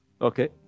Okay